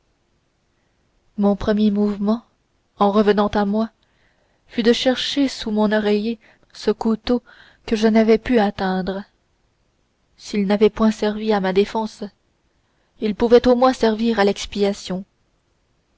mon premier mouvement en revenant à moi fui de chercher sous mon oreiller ce couteau que je n'avais pu atteindre s'il n'avait point servi à la défense il pouvait au moins servir à l'expiation